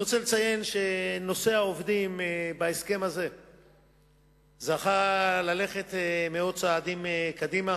אני רוצה לציין שנושא העובדים בהסכם הזה זכה ללכת מאות צעדים קדימה.